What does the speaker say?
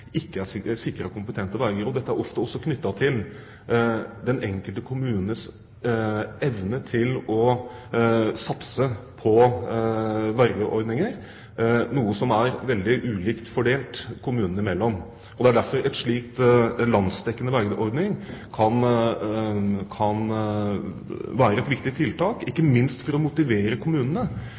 ikke er sikret kompetente verger. Dette er ofte også knyttet til den enkelte kommunes evne til å satse på vergeordninger, noe som er veldig ulikt fordelt kommunene imellom. Det er derfor en slik landsdekkende vergeordning kan være et viktig tiltak, ikke minst for å motivere kommunene